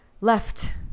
left